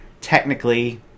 technically